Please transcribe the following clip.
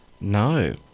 No